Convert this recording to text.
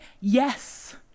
Yes